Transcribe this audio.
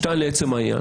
שניים, לעצם העניין.